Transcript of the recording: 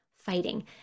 fighting